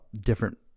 different